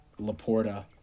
Laporta